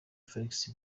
forex